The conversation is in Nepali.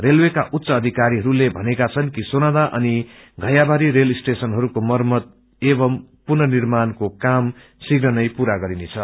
रेलवेका उच्च अधिरीहरूले भनेका छन् कि सोनादा अनि घैयाबारी रेल स्टेशनहरूको मरम्मत एवं पुन निर्माणको काम शीघ्र नै पूरा गरिनेछ